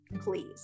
please